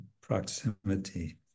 proximity